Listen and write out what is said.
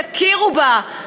תכירו בה.